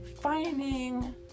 finding